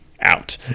out